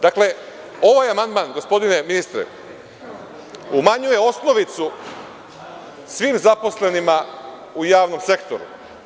Dakle, ovaj amandman, gospodine ministre, umanjuje osnovicu svim zaposlenima u javnom sektoru.